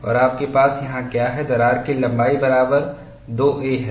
और आपके पास यहां क्या है दरार की लंबाई बराबर 2a है